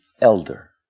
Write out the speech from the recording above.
elder